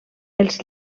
els